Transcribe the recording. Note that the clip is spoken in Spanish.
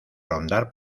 rondar